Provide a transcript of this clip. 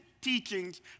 teachings